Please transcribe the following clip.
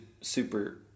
super